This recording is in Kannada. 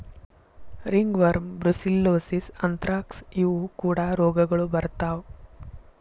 ರಿಂಗ್ವರ್ಮ, ಬ್ರುಸಿಲ್ಲೋಸಿಸ್, ಅಂತ್ರಾಕ್ಸ ಇವು ಕೂಡಾ ರೋಗಗಳು ಬರತಾ